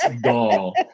doll